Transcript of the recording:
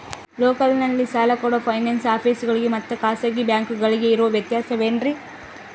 ಲೋಕಲ್ನಲ್ಲಿ ಸಾಲ ಕೊಡೋ ಫೈನಾನ್ಸ್ ಆಫೇಸುಗಳಿಗೆ ಮತ್ತಾ ಖಾಸಗಿ ಬ್ಯಾಂಕುಗಳಿಗೆ ಇರೋ ವ್ಯತ್ಯಾಸವೇನ್ರಿ?